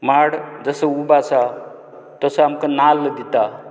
माड जसो उबो आसा तसो आमकां नाल्ल दिता